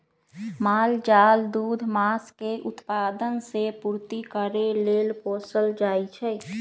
माल जाल दूध, मास के उत्पादन से पूर्ति करे लेल पोसल जाइ छइ